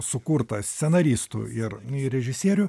sukurta scenaristų ir režisierių